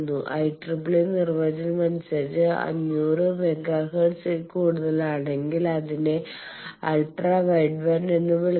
IEEE നിർവചനം അനുസരിച്ച് 500 megahertz കൂടുതലാണെങ്കിൽ അതിനെ അൾട്രാ വൈഡ് ബാൻഡ് എന്ന് വിളിക്കുന്നു